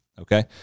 Okay